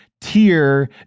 tier